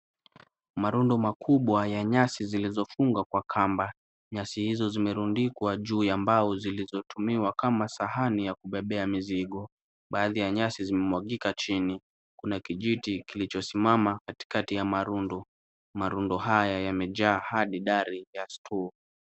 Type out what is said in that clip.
Marundo makubwa ya nyasi zilizofungwa kwa kamba. Nyasi hizo zimerundikwa juu ya mbao zilizotumiwa kama sahani ya kubebea mizigo. Baadhi ya nyasi zimemwagika chini. Kuna kijiti kilichosimama katikati ya marundo. Marundo haya yamejaa hadi dari ya store .